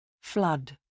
Flood